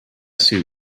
suit